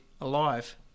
alive